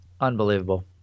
Unbelievable